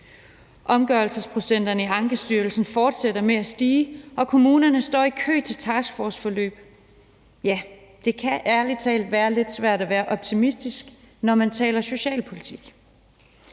Omgørelsesprocenterne i Ankestyrelsen fortsætter med at stige, og kommunerne står i kø til taskforceforløb. Ja, det kan ærlig talt være lidt svært at være optimistisk, når man taler socialpolitik.